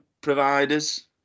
providers